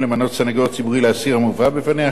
למנות סניגור ציבורי לאסיר המובא בפניה,